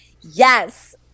Yes